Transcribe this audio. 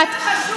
זה לא קשור.